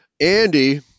Andy